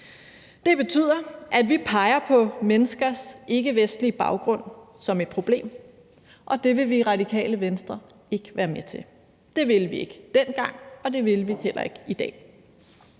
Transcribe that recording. det betyder, at man peger på menneskers ikkevestlige baggrund som et problem, og det vil vi i Radikale Venstre ikke være med til. Det ville vi ikke dengang, og det vil vi heller ikke i dag.